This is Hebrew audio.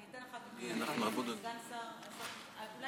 אני אתן לך, אדוני סגן שר.